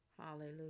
Hallelujah